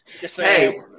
hey